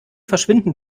verschwinden